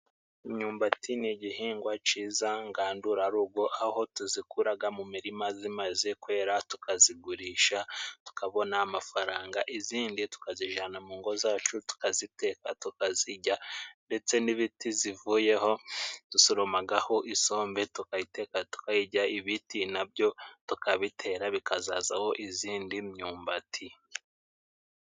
Imyumbati ni igihingwa ciza ngandurarugo aho tuzikuraga mu mirima zimaze kwera tukazigurisha tukabona amafaranga izindi tukazijana mungo zacu tukaziteka tukazijya ndetse n'ibiti zivuyeho dusoromagaho isombe tukayiteka tuyijya ibiti nabyo tukabitera bikazazaho izindi myumbati.